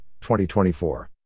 2024